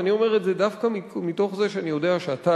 ואני אומר את זה דווקא מתוך זה שאני יודע שאתה,